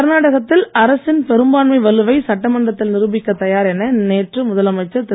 கர்நாடகத்தில் அரசின் பெரும்பான்மை வலுவை சட்டமன்றத்தில் நிரூபிக்க தயார் என நேற்று முதலமைச்சர் திரு